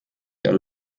der